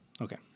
Okay